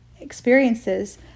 experiences